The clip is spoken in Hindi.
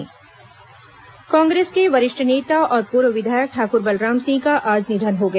ठाकुर बलराम सिंह निधन कांग्रेस के वरिष्ठ नेता और पूर्व विधायक ठाकुर बलराम सिंह का आज निधन हो गया